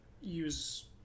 use